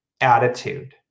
attitude